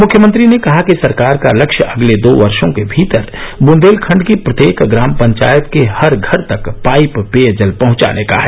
मुख्यमंत्री ने कहा कि सरकार का लक्ष्य अगले दो वर्षों के भीतर बुंदेलखंड की प्रत्येक ग्राम पंचायत के हर घर तक पाइप पेयजल पहुंचाने का है